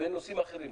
בנושאים אחרים,